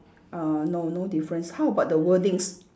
uh no no difference how about the wordings